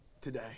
today